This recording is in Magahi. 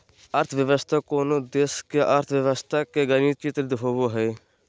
अर्थव्यवस्था कोनो देश के अर्थव्यवस्था के गणित चित्र होबो हइ